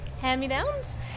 hand-me-downs